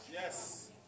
Yes